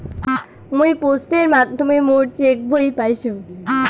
মুই পোস্টের মাধ্যমে মোর চেক বই পাইসু